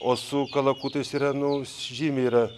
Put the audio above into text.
o su kalakutais yra nu žymiai yra